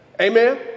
amen